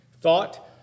thought